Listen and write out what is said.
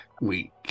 week